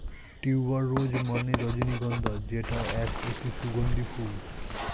tuber rose মানে রজনীগন্ধা যেটা এক অতি সুগন্ধি ফুল